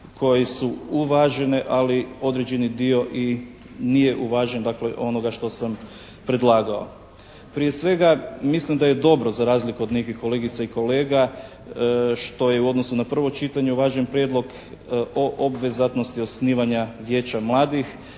koje su uvažene ali određeni dio i nije uvažen. Dakle, onoga što sam predlagao. Prije svega, mislim da je dobro za razliku od nekih kolegica i kolega što je u odnosu na prvo čitanje uvažen prijedlog o obvezatnosti osnivanja Vijeća mladih.